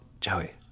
Joey